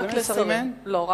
רק לשרים.